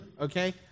okay